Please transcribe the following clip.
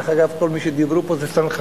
דרך אגב, כל מי שדיברו פה זה צנחנים.